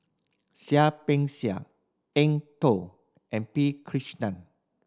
Seah Peck Seah Eng Tow and P Krishnan